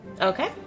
Okay